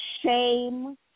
shame